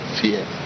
fear